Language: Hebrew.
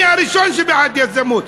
אני הראשון שבעד יזמות,